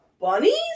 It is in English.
Bunnies